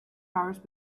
hours